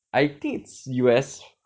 I think it's U_S